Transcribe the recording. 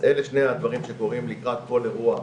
ממש כמה דברים קטנים על מנת להראות